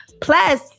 Plus